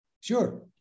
Sure